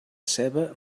ceba